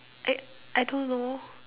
I I don't know